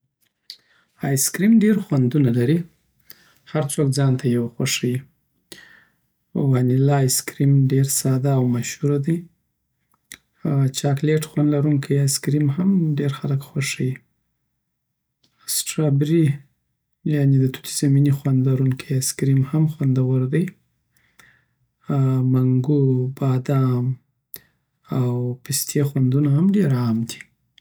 ایسکریم ډېر خوندونه لري، هر څوک ځان ته یو خوښوي. وانیلا ایسکریم ډېر ساده او مشهور دی. چاکلیټ خوند لرونکې ایسکریم هم ډېر خلک خوښوي. سټروبېري، یعنې د توت زمینی خوند لرونکې ایسکریم هم خوندور دی منګو، بادام، او پستی خوندونه هم ډېر عام دي.